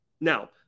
Now